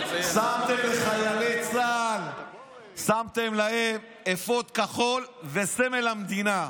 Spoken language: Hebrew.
שמתם לחיילי צה"ל אפוד כחול וסמל המדינה.